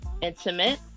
intimate